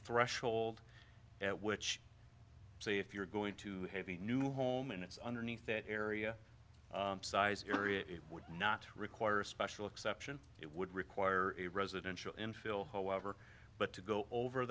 threshold at which say if you're going to have a new home and it's underneath that area area it would not require a special exception it would require a residential infill however but to go over